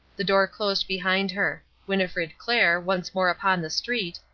the door closed behind her. winnifred clair, once more upon the street,